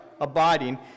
abiding